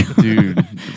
Dude